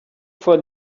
for